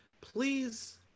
please